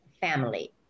family